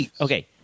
Okay